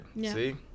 see